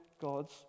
God's